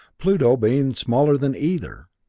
pluto being smaller than either.